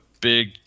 big